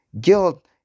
Guilt